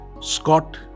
Scott